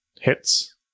Hits